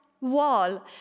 wall